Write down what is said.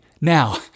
Now